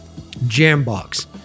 Jambox